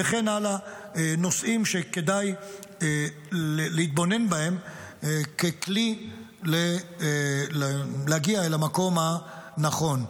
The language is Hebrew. וכן הלאה נושאים שכדאי להתבונן בהם ככלי להגיע אל המקום הנכון.